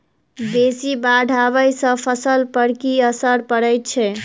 बेसी बाढ़ आबै सँ फसल पर की असर परै छै?